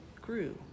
grew